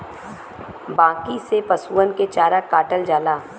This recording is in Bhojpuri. बांकी से पसुअन के चारा काटल जाला